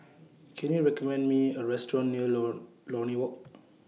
Can YOU recommend Me A Restaurant near Lord Lornie Walk